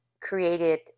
created